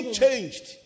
changed